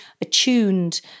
attuned